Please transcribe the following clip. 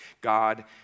God